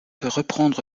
reprendre